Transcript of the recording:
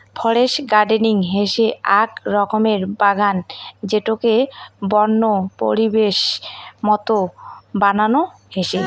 forest gardening হসে আক রকমের বাগান যেটোকে বন্য পরিবেশের মত বানানো হসে